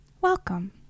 Welcome